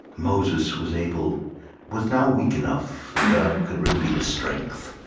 moses was able was now weak enough that god could really be his strength.